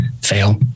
fail